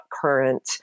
current